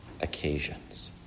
occasions